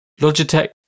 Logitech